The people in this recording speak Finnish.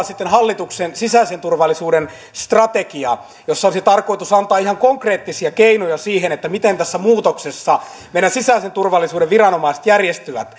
sitten hallituksen sisäisen turvallisuuden strategia jossa olisi tarkoitus antaa ihan konkreettisia keinoja siihen miten tässä muutoksessa meidän sisäisen turvallisuuden viranomaiset järjestyvät